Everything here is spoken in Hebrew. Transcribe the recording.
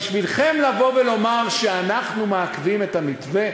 בשבילכם לבוא ולומר שאנחנו מעכבים את המתווה?